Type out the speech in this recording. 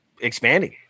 expanding